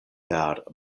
per